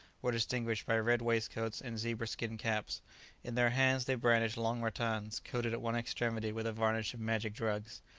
were distinguished by red waistcoats and zebra-skin caps in their hands they brandished long rattans, coated at one extremity with a varnish of magic drugs.